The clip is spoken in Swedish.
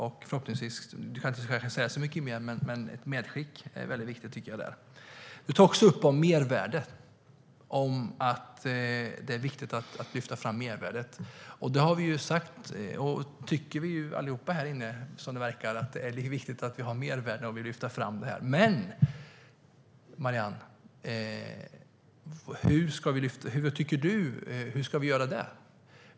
Marianne Pettersson kanske inte kan säga så mycket mer, men ett medskick är viktigt. Marianne Pettersson tar också upp att det är viktigt att lyfta fram mervärdet. Vi tycker alla här att det är viktigt med mervärde. Men hur ska vi göra det?